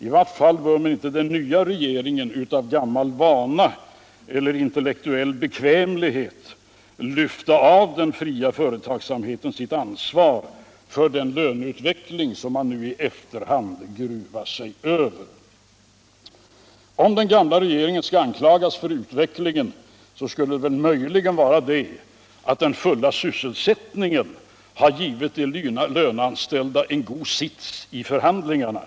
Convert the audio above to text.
I varje fall bör inte den nya regeringen av gammal vana eller intellektuell bekvämlighet Iyfta av den fria företagsamheten ansvaret för den löneutveckling som den nu i efterhand gruvar sig över. Om den gamla regeringen skall anklagas för utvecklingen. så skall det möjligen vara för att den fulla sysselsättningen har givit de löneanställda en god sits i löneförhandlingarna.